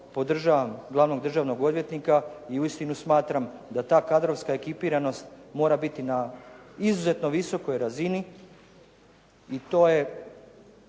podržavam glavnog državnog odvjetnika i uistinu smatram da ta kadrovska ekipiranost mora biti na izuzetno visokoj razini i to je